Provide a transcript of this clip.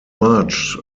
march